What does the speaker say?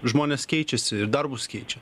žmonės keičiasi ir darbus keičia